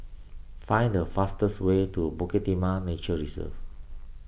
find the fastest way to Bukit Timah Nature Reserve